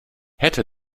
hätte